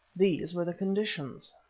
these were the conditions.